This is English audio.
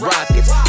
Rockets